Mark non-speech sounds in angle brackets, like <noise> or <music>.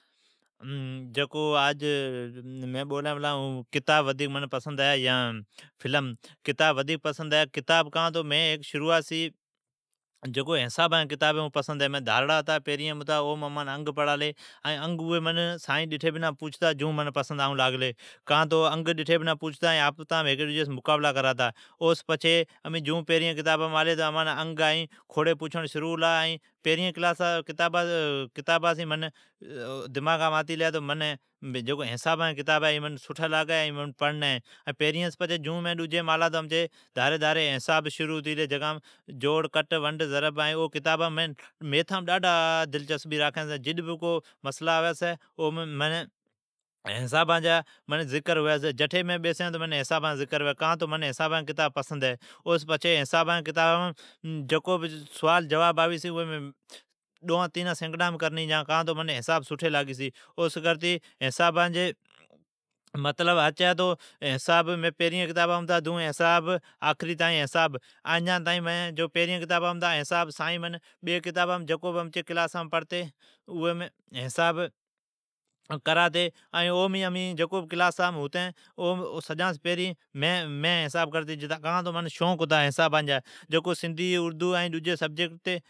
جکو آج مین بولین پلا اون ہے کتاب منین ودھک پسند یا فلم۔ منین کتاب ودھک پسند ھی کان تو منین حسابان جی کتاب ہے۔ اون منین پسند ہے۔ مین دھاررا ھتا، پیرییم ھتا منین انگ پڑالی اوی منین پسند آئون لاگلی۔ کان تو انگ دٹھی بنا پوچھتا ائین مقابلا کراتا۔ جیون ئی امین پھرییم کتابا آلی ایون امان انگ ائین کھوڑی پوچھون لاگلی۔ اٹھو سون مین کیلی حسابان جی کتاب منین بھلی لاگی این منین پڑنی ہے۔ ائین جیو ئی امین ڈجیم آلا ایون امان کٹ، ونڈ، ضرب، جوڑ سکھالی، اٹھو سون منین میتھام دلچسبی ھون لاگلی۔ جد بھی کو حسابان ڑا مسلا ھوی اٹھو منین کیئی چھی کان تو منین حساب آوی چھی منین جد بھی کو حسابان سوال جواب ڑا سو ڈیئی او مین دوئان تینا سیکڈام سڑان چھوڑین چھین کان تو منین حساب سٹھی لاگی۔ <hesitation> مین پھریین کتابام ھتا جیون حساب ڈجی کتابام الا جڈ بھی حساب، امین جکو بھی کلاسام ھتین سجان سون پھرین مین حساب کرتی جتا، کان تو منین حساب جا شوق ھتا ۔ ھتی۔ جکو سندھی اردو ڈجی سبجیکٹ ھتی،